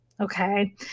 Okay